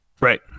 Right